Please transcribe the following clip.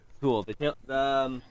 cool